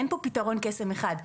אין פה פתרון קסם אחד פתרון קסם אחד.